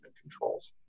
controls